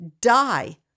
die